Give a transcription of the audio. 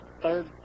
third